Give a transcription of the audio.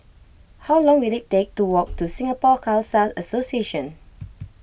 how long will it take to walk to Singapore Khalsa Association